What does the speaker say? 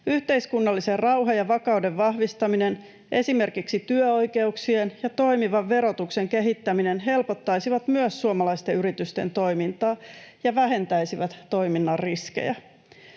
Yhteiskunnallisen rauhan ja vakauden vahvistaminen, esimerkiksi työoikeuksien ja toimivan verotuksen kehittäminen, helpottaisivat myös suomalaisten yritysten toimintaa ja vähentäisivät toiminnan riskejä.